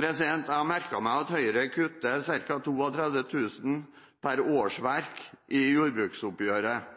Jeg har merket meg at Høyre kutter ca. 32 000 kr per